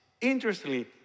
Interestingly